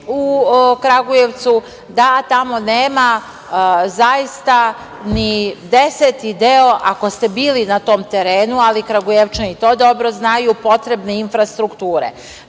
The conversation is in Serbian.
u Kragujevcu da tamo nema zaista ni deseti deo, ako ste bili na tom terenu, ali Kragujevčani to dobro znaju, potrebne infrastrukture. Dodatna